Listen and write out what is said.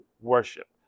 worship